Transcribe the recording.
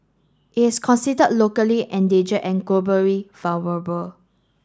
it is consider locally endanger and globally vulnerable